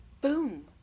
boom